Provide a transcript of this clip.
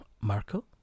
Marco